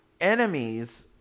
enemies